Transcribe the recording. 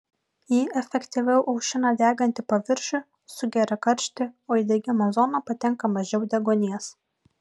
ji efektyviau aušina degantį paviršių sugeria karštį o į degimo zoną patenka mažiau deguonies